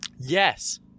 Yes